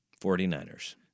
49ers